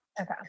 Okay